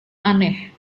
aneh